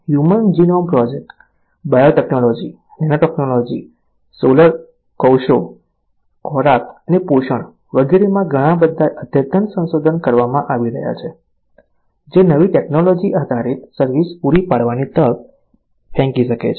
human genome project biotechnology nano technology સૌર કોષો ખોરાક અને પોષણ વગેરેમાં ઘણા બધા અદ્યતન સંશોધન કરવામાં આવી રહ્યા છે જે નવી ટેકનોલોજી આધારિત સર્વિસ પૂરી પાડવાની તક ફેંકી શકે છે